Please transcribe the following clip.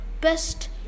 Best